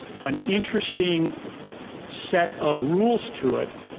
an interesting set of rules to it.